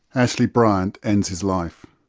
ashley bryant ends his life.